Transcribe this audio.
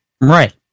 Right